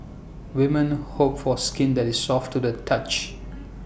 women hope for skin that is soft to the touch